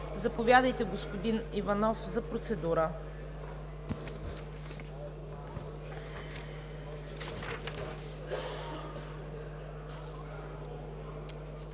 Заповядайте, господин Иванов, за процедура.